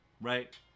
Right